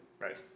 Right